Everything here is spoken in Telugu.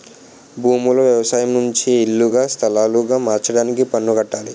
భూములు వ్యవసాయం నుంచి ఇల్లుగా స్థలాలుగా మార్చడానికి పన్ను కట్టాలి